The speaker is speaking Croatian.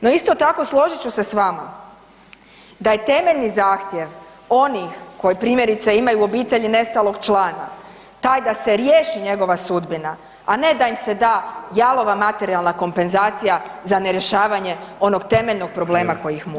No, isto tako složit ću se s vama da je temeljni zahtjev onih koji primjerice imaju u obitelji nestalog člana taj da se riješi njegova sudbina, a ne da im se da jalova materijalna kompenzacija za nerješavanje onog temeljnog problema koji ih muči.